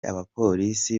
abapolisi